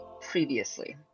previously